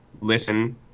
listen